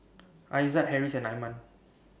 Aizat Harris and Iman